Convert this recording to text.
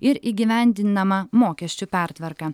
ir įgyvendinamą mokesčių pertvarką